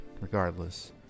regardless